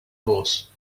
horse